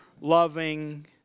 loving